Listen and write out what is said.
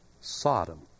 Sodom